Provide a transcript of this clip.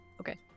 Okay